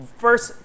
first